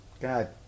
God